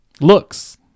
looks